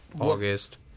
August